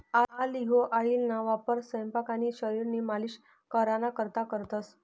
olive ऑइलना वापर सयपाक आणि शरीरनी मालिश कराना करता करतंस